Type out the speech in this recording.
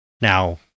Now